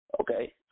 Okay